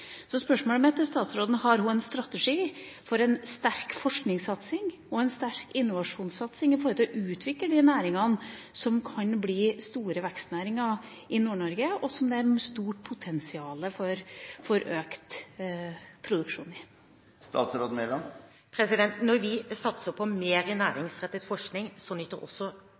Så spørsmålet mitt til statsråden er: Har hun en strategi for en sterk forskningssatsing og en sterk innovasjonssatsing for å utvikle de næringene som kan bli store vekstnæringer i Nord-Norge, og som det er stort potensial for økt produksjon i? Når vi satser på mer næringsrettet forskning, nyter også